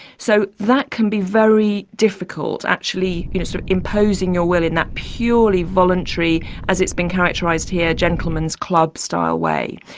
so that can be very difficult, actually, you know, sort of, imposing your will in that purely voluntary, as it's been characterised here, gentleman's club style, way.